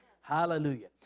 hallelujah